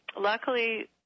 luckily